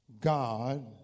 God